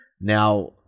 Now